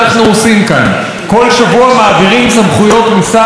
כל שבוע מעבירים סמכויות משר לשר,